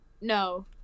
No